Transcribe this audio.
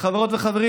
וחברות וחברים,